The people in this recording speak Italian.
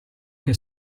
che